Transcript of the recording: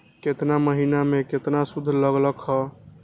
केतना महीना में कितना शुध लग लक ह?